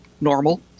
normal